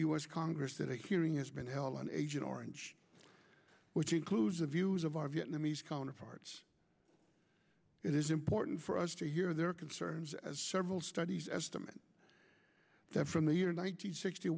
us congress that a hearing has been hell an agent orange which includes the views of our vietnamese counterparts it is important for us to hear their concerns as several studies estimate that from the year nine